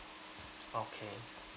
okay